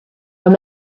were